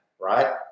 right